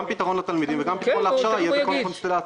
גם פתרון לתלמידים וגם פתרון להכשרה יהיה בכל קונסטלציה,